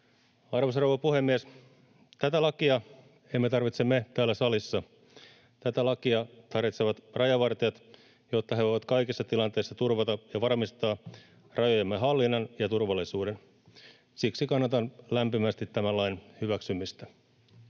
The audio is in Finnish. Arvoisa rouva puhemies! Tätä lakia emme tarvitse me täällä salissa, tätä lakia tarvitsevat rajavartijat, jotta he voivat kaikissa tilanteissa turvata ja varmistaa rajojemme hallinnan ja turvallisuuden. Siksi kannatan lämpimästi tämän lain hyväksymistä.